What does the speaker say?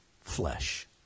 flesh